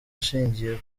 ushingiye